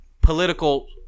political